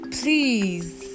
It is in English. Please